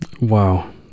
wow